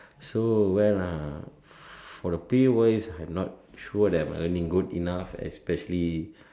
so well uh for the pay wise I'm not sure that I'm earning good enough especially